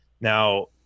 Now